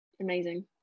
Amazing